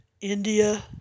India